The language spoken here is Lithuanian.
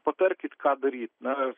patarkit ką daryt na